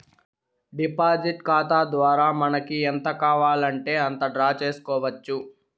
deposit ఖాతా ద్వారా మనకి ఎంత కావాలంటే అంత డ్రా చేసుకోవచ్చు